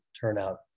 turnout